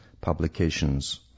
publications